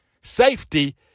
Safety